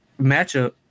matchup